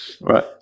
Right